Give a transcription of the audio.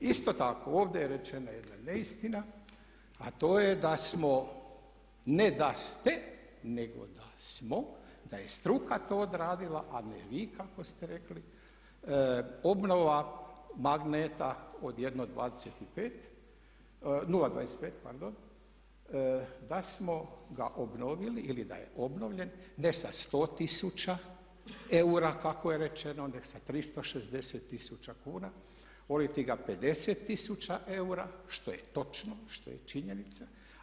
Isto tako ovdje je rečena jedna neistina a to je da smo, ne da ste nego da smo, da je struka to odradila a ne vi kako ste rekli, obnova magneta od 0,25, da smo ga obnovili ili da je obnovljen ne sa 100 tisuća eura kako je rečeno nego sa 360 tisuća kuna ili 50 tisuća eura, što je točno i što je činjenica.